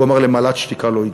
הוא אמר: למעלת שתיקה לא הגיעו.